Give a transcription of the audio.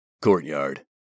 Courtyard